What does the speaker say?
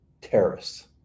terrorists